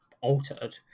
Altered